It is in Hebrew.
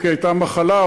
או כי הייתה מחלה,